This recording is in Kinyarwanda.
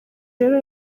rero